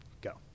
Go